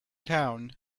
town